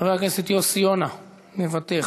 חבר הכנסת יוסי יונה, מוותר.